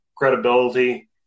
Credibility